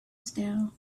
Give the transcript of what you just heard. style